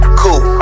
cool